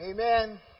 amen